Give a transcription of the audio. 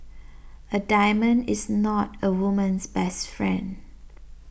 a diamond is not a woman's best friend